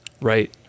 right